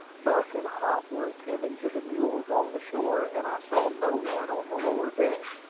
buck and hop were attending to the mules on shore, and i saw no one on the lower deck.